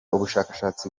ubushakashatsi